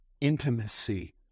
Intimacy